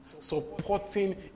supporting